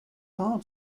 far